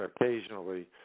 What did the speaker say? occasionally